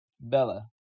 Bella